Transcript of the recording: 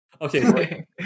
Okay